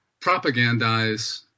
propagandize